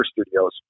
studios